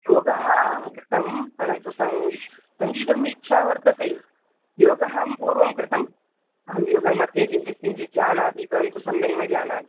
योगः अहं कृतवान् परन्तु सङ्गीतं सङ्गीतस्य इच्छा वर्तते योगमहं पूर्वं कृतम् अहं योगस्य मध्ये किञ्चित् किञ्चित् जानामि परन्तु सम्यक् न जानाति